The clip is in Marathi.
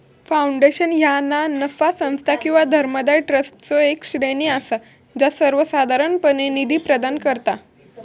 फाउंडेशन ह्या ना नफा संस्था किंवा धर्मादाय ट्रस्टचो येक श्रेणी असा जा सर्वोसाधारणपणे निधी प्रदान करता